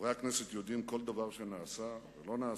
חברי הכנסת יודעים כל דבר שנעשה ולא נעשה,